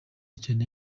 cyane